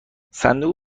صندوق